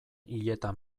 hileta